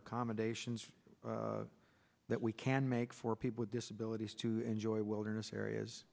accommodations that we can make for people with disabilities to enjoy wilderness areas